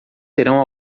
serão